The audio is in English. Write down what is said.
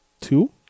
two